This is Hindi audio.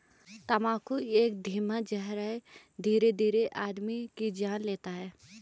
तम्बाकू एक धीमा जहर है धीरे से आदमी की जान लेता है